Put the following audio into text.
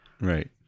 Right